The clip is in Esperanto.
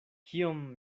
kiom